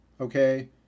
Okay